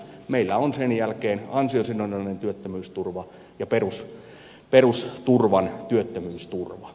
meillä on sen jälkeen ansiosidonnainen työttömyysturva ja perusturvan työttömyysturva